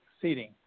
seating